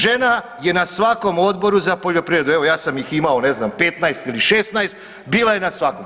Žena je na svakom Odboru za poljoprivredu, evo ja sam ih imao ne znam 15 ili 16, bila je na svakom.